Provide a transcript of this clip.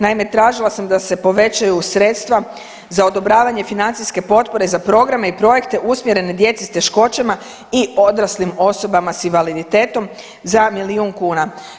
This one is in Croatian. Naime, tražila sam da se povećaju sredstva za odobravanje financijske potpore za programe i projekte usmjerene djeci s teškoćama i odraslim osobama s invaliditetom za milijun kuna.